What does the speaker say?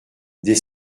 des